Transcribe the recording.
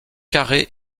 carrée